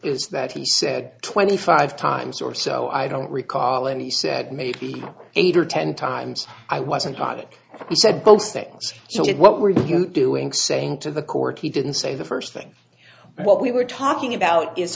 is that he said twenty five times or so i don't recall and he said maybe eight or ten times i wasn't on it and he said both things so good what were you doing saying to the court he didn't say the first thing what we were talking about is